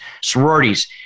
sororities